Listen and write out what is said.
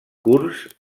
curs